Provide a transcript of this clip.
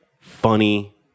funny